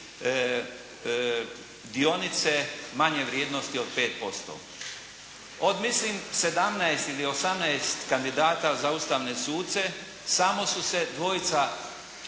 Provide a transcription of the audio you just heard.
dionice manje vrijednosti od 5%?" Od mislim 17 ili 18 kandidata za ustavne suce samo su se dvojica